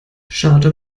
charter